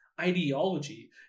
ideology